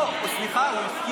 לא, סליחה, הוא הזכיר אותי.